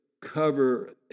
cover